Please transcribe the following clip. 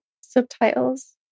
subtitles